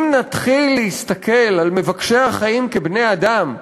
אם נתחיל להסתכל על מבקשי החיים כבני-אדם,